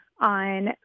on